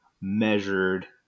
measured